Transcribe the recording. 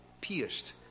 pierced